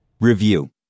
Review